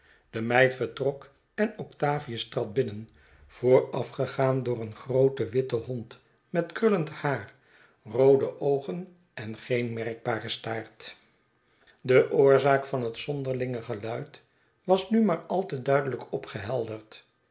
de meid vertrok en octavius trad binnen voorafgegaan door een grooten witten hond met krullend haar roode oogen en geen merkbaren staart de oorzaak van het zonderlinge geluid was nu maar al te duidelijk